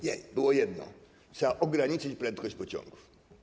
Nie, było jedno - trzeba ograniczyć prędkość pociągów.